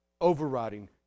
overriding